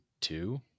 two